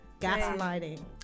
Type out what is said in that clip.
Gaslighting